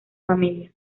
familia